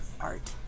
art